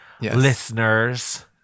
listeners